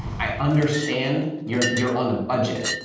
i understand you're you're on a budget.